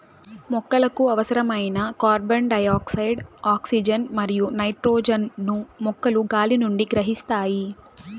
మొక్కలకు అవసరమైన carbon dioxide, oxygen మరియు నైట్రోజన్ ను మొక్కలు గాలి నుండి గ్రహిస్తాయి